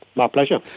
my pleasure.